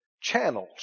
Channels